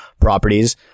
properties